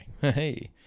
Hey